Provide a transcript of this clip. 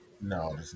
No